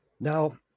now